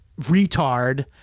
retard